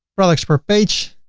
products per page,